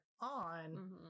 on